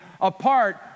apart